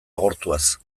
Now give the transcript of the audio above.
agortuaz